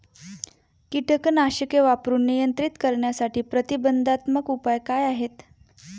कीटकनाशके वापरून नियंत्रित करण्यासाठी प्रतिबंधात्मक उपाय काय आहेत?